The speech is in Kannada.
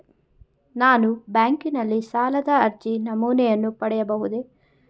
ನಾನು ಬ್ಯಾಂಕಿನಲ್ಲಿ ಸಾಲದ ಅರ್ಜಿ ನಮೂನೆಯನ್ನು ಪಡೆಯಬಹುದೇ?